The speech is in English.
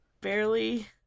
barely